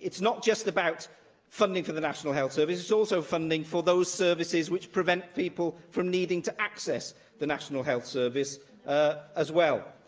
it's not just about funding for the national health service, it's also funding for those services that prevent people from needing to access the national health service as well.